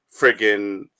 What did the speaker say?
friggin